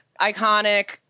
iconic